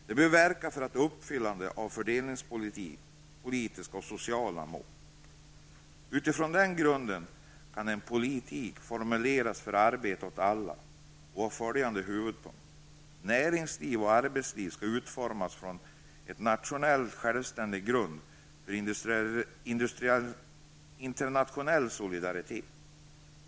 Den bör sättas in för att uppfylla fördelningspolitiska och sociala mål. Utifrån den grunden kan en politik formuleras för arbete åt alla i följande huvudpunkter: 1. Näringsliv och arbetsliv skall utformas på en nationellt självständig grund inriktad mot internationell solidaritet.